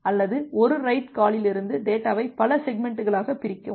அல்லது ஒரு ரைட் காலிலிருந்து டேட்டாவை பல செக்மெண்ட்களாகப் பிரிக்கவும்